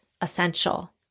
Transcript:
essential